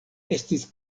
estis